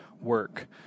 work